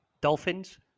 Dolphins